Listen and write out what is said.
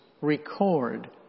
record